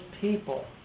people